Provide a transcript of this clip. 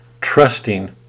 trusting